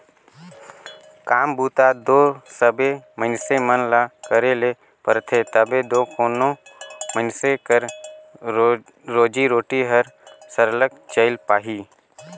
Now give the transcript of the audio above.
काम बूता दो सबे मइनसे मन ल करे ले परथे तबे दो कोनो मइनसे कर रोजी रोटी हर सरलग चइल पाही